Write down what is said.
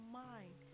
mind